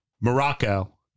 Morocco